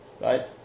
right